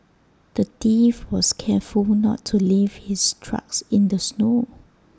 the thief was careful not to leave his tracks in the snow